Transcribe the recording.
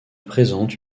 présente